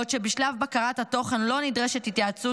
בעוד שבשלב בקרת התוכן לא נדרשת התייעצות